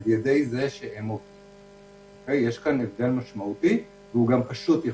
יש כאן הבדל משמעותי, והוא גם פשוט יחסית.